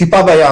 טיפה בים.